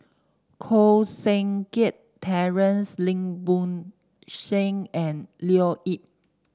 Koh Seng Kiat Terence Lim Bo Seng and Leo Yip